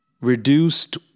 reduced